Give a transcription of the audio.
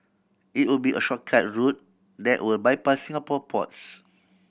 it will be a shortcut route that will bypass Singapore ports